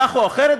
כך או אחרת,